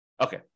Okay